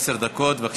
עד עשר דקות, בבקשה.